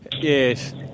Yes